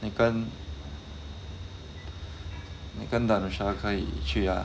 你跟你跟 darusha 可以去呀